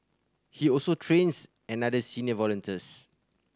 he also trains another senior volunteers